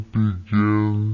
begin